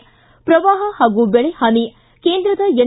ಿತ ಶ್ರವಾಹ ಹಾಗೂ ಬೆಳೆ ಹಾನಿ ಕೇಂದ್ರದ ಎನ್